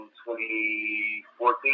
2014